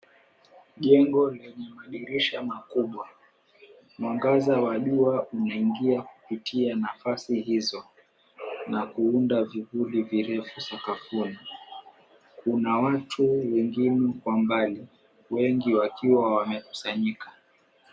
Jengo lenye madirisha makubwa. Mwangaza wa jua unaingia kupitia nafasi hizo na kuunda vivuli virefu sakafuni. Kuna watu wengine kwa mbali wengi wakiwa wamekusanyika.